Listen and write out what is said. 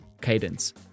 cadence